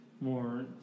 more